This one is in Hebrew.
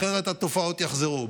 אחרת התופעות יחזרו.